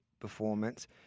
performance